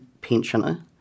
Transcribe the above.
pensioner